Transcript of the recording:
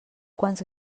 quants